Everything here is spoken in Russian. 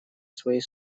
своей